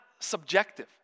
subjective